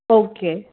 okay